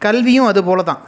கல்வியும் அது போல் தான்